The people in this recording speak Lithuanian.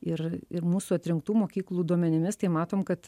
ir ir mūsų atrinktų mokyklų duomenimis tai matom kad